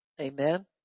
Amen